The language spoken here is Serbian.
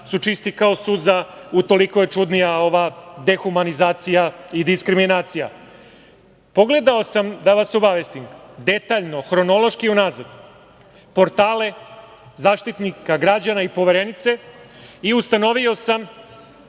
su čisti kao suza. Utoliko je čudnija ova dehumanizacija i diskriminacija. Da vas obavestim, pogledao sam detaljno i hronološki unazad portale Zaštitnika građana i Poverenice i ustanovio sam,